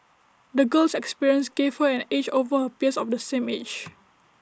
the girl's experiences gave her an edge over her peers of the same age